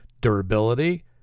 durability